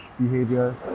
behaviors